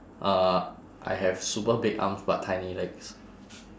uh I have super big arms but tiny legs